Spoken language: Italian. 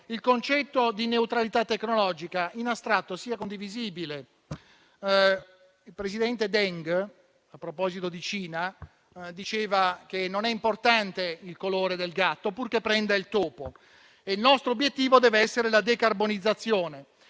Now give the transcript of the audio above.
il concetto di neutralità tecnologica in astratto sia condivisibile. Il presidente Deng, a proposito di Cina, diceva che non è importante il colore del gatto, purché prenda il topo; il nostro obiettivo dev'essere la decarbonizzazione,